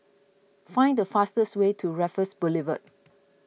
find the fastest way to Raffles Boulevard